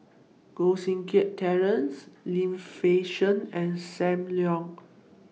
Koh Seng Kiat Terence Lim Fei Shen and SAM Leong